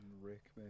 rick